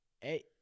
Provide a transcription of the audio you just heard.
Hey